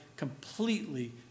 completely